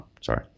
sorry